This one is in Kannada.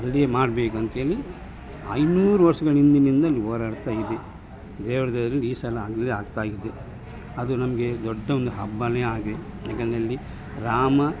ಅಲ್ಲಿಯೇ ಮಾಡಬೇಕು ಅಂತ್ಹೇಳಿ ಐನೂರು ವರ್ಷಗಳ ಹಿಂದಿನಿಂದಲೂ ಹೋರಾಡ್ತಾ ಇದೆ ದೇವ್ರ ದಯೆಯಿಂದ ಈ ಸಲ ಅಲ್ಲೇ ಆಗ್ತಾಯಿದೆ ಅದು ನಮಗೆ ದೊಡ್ಡ ಒಂದು ಹಬ್ಬವೇ ಆಗಿದೆ ಏಕೆಂದರೆ ಅಲ್ಲಿ ರಾಮ